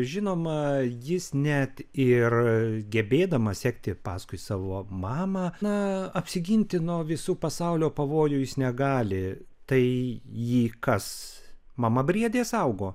žinoma jis net ir gebėdamas sekti paskui savo mamą na apsiginti nuo visų pasaulio pavojų jis negali tai jį kas mama briedė saugo